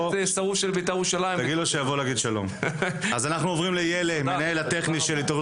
אנחנו עוברים ל-ילה חוס, המנהל הטכני של התאחדות